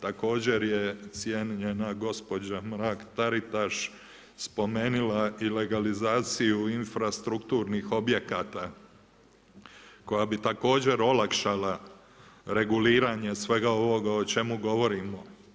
Također, je cijenjena gospođa Mrak-Taritaš spomenula i legalizaciju u infrastrukturnih objekata, koja bi također olakšala reguliranje svega ovoga o čemu govorimo.